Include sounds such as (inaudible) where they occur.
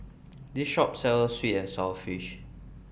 (noise) This Shop sells Sweet and Sour Fish